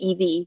EV